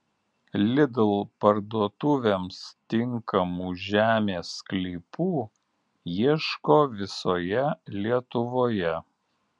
lidl parduotuvėms tinkamų žemės sklypų ieško visoje lietuvoje